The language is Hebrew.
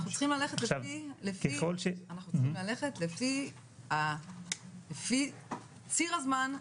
אנחנו צריכים ללכת לפי ציר הזמן,